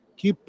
que